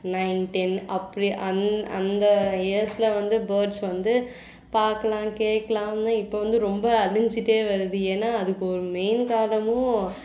nine ten அப்படி அந் அந்த இயர்ஸ்சில் வந்து பேர்ட்ஸ் வந்து பார்க்கலாம் கேட்கலாம்தான் இப்போ வந்து ரொம்ப அழிஞ்சிட்டே வருது ஏன்னால் அதுக்கு ஒரு மெயின் காரணமும்